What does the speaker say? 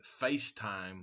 FaceTime